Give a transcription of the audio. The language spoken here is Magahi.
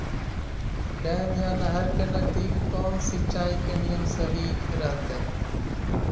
डैम या नहर के नजदीक कौन सिंचाई के नियम सही रहतैय?